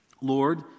Lord